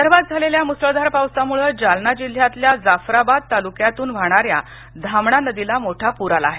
विदर्भात झालेल्या मुसळधार पावसामुळे जालना जिल्ह्यातल्या जाफराबाद तालुक्यातून वाहणाऱ्या धामणा नदीला मोठा पूर आला आहे